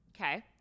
Okay